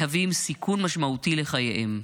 מהווים סיכון משמעותי לחייהם.